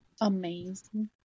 amazing